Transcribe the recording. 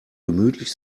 gemütlich